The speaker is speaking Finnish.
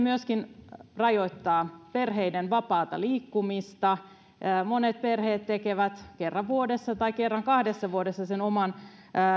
myöskin rajoittaa perheiden vapaata liikkumista monet perheet tekevät kerran vuodessa tai kerran kahdessa vuodessa sen oman